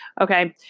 Okay